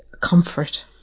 comfort